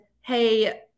hey